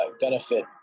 benefit